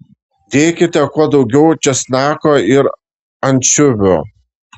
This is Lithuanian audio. dėkite kuo daugiau česnako ir ančiuvių